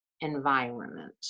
environment